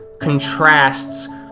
contrasts